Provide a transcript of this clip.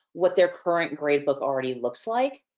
what their current gradebook already looks like.